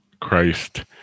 Christ